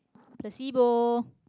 placebo